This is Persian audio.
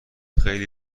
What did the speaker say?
خیلی